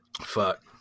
Fuck